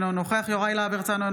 אינו נוכח יוראי להב הרצנו,